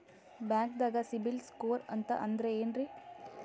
ಬ್ಯಾಂಕ್ದಾಗ ಸಿಬಿಲ್ ಸ್ಕೋರ್ ಅಂತ ಅಂದ್ರೆ ಏನ್ರೀ?